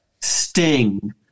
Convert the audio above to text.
Sting